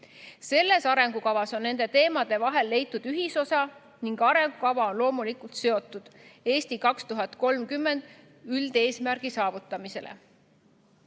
Selles arengukavas on nende teemade vahel leitud ühisosa ning arengukava on loomulikult seotud "Eesti 2030" üldeesmärgi saavutamisega. Head